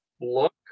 look